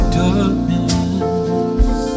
darkness